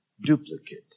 duplicate